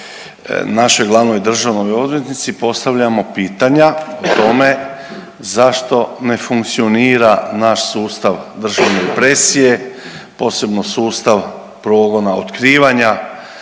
našoj glavnoj državnoj odvjetnici postavljamo pitanja o tome zašto ne funkcionira naš sustav državne presije, posebno sustav progona otkrivanja